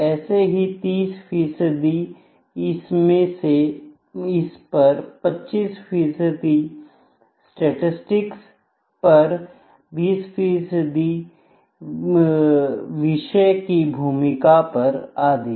ऐसे ही 30 इस पर 25 स्टेटिस्टिक्स पर 20 विषय की भूमिका पर आदि